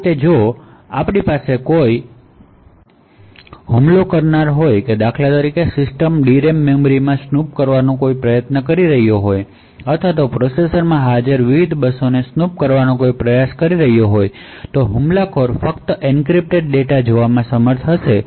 આ રીતે જો કોઈ હુમલો કરનાર હોય જે દાખલા તરીકે સિસ્ટમ ડી રેમ મેમરીમાં સ્નૂપ કરવાનો પ્રયાસ કરી રહ્યો હોય અથવા પ્રોસેસરમાં હાજર વિવિધ બસોને સ્નૂપ કરવાનો પ્રયાસ કરી રહ્યો હોય તો હુમલાખોર ફક્ત એન્ક્રિપ્ટેડ ડેટાને જોવામાં સમર્થ હશે